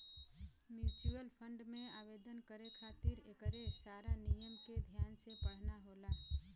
mutual fund में आवेदन करे खातिर एकरे सारा नियम के ध्यान से पढ़ना होला